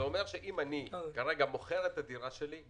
זה אומר שאם אני כרגע מוכר את הדירה שלי,